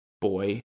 boy